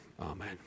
Amen